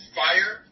fire